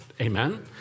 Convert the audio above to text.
Amen